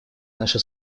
наши